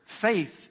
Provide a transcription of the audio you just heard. faith